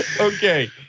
Okay